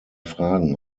fragen